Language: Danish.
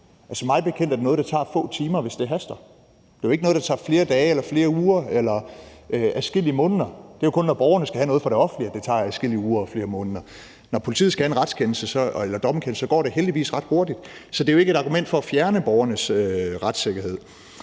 Mig bekendt er det noget, der tager få timer, hvis det haster. Det er ikke noget, der tager flere dage eller flere uger eller adskillige måneder. Det er jo kun, når borgerne skal have noget fra det offentlige, at det tager adskillige uger eller flere måneder. Når politiet skal have en retskendelse eller en dommerkendelse, går det heldigvis ret hurtigt. Så det er jo ikke et argument for at fjerne borgernes retssikkerhed.